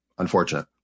unfortunate